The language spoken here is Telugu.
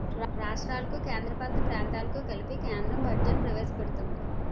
రాష్ట్రాలకు కేంద్రపాలిత ప్రాంతాలకు కలిపి కేంద్రం బడ్జెట్ ప్రవేశపెడుతుంది